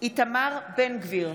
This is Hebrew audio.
איתמר בן גביר,